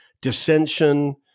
dissension